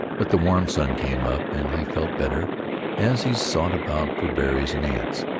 but the warm sun came up, and he felt better as he sought about for berries and ants,